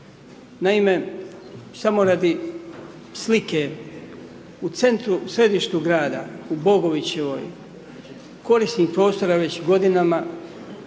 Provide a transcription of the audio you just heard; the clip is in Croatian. Naime, samo radi slike, u centru, u središtu grada, u Bogovićevoj, korisnik prostora već godinama